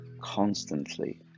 constantly